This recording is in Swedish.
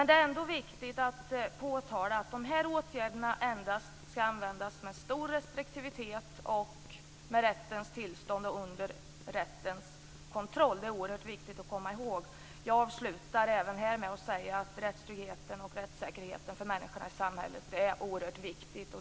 Det är ändå viktigt att påtala att de här åtgärderna endast ska användas med stor restriktivitet, med rättens tillstånd och under rättens kontroll. Detta är oerhört viktigt att komma ihåg. Jag slutar även här med att säga att rättstryggheten och rättssäkerheten för människorna i samhället är oerhört viktiga.